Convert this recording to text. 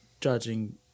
judging